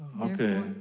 Okay